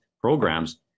programs